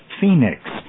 Phoenix